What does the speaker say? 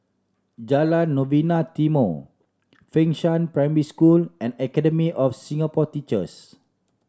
Jalan Novena Timor Fengshan Primary School and Academy of Singapore Teachers